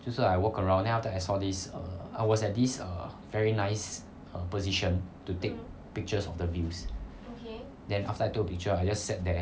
就是 I walk around then after that I saw this I was at this err very nice position to take pictures of the views then after I took picture I just sat there